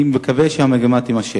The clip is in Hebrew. אני מקווה שהמגמה תימשך.